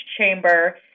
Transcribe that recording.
chamber